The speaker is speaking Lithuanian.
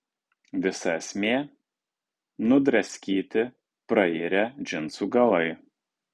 visa esmė nudraskyti prairę džinsų galai